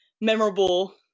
memorable